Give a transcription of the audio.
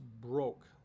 broke